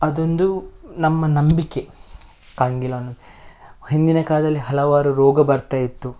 ಅದೊಂದು ನಮ್ಮ ನಂಬಿಕೆ ಕಂಗೀಲ್ ಅನ್ನೋದು ಹಿಂದಿನ ಕಾಲದಲ್ಲಿ ಹಲವಾರು ರೋಗ ಬರ್ತಾ ಇತ್ತು